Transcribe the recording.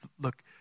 Look